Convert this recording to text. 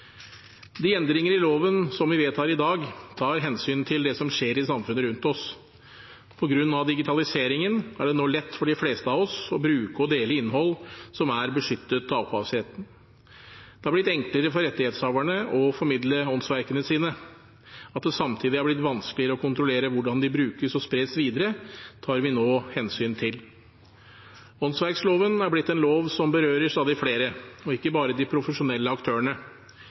De endringer i loven som vi vedtar i dag, tar hensyn til det som skjer i samfunnet rundt oss. På grunn av digitaliseringen er det nå lett for de fleste av oss å bruke og dele innhold som er beskyttet av opphavsretten. Det er blitt enklere for rettighetshaverne å formidle åndsverkene sine. At det samtidig er blitt vanskeligere å kontrollere hvordan de brukes og spres videre, tar vi nå hensyn til. Åndsverkloven har blitt en lov som berører stadig flere – og ikke bare de profesjonelle aktørene.